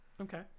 Okay